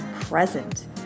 present